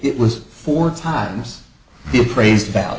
it was four times the appraised value